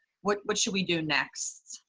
what what should we do next?